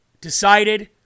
decided